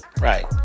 Right